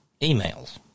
emails